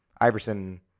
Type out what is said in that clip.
Iverson